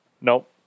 Nope